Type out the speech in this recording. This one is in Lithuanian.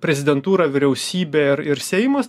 prezidentūra vyriausybė ir ir seimas